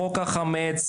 חוק החמץ,